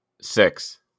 six